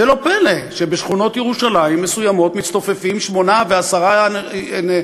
לא פלא שבשכונות מסוימות בירושלים מצטופפות שמונה ועשר נפשות,